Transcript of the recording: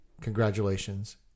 congratulations